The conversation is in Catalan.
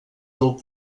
del